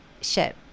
ship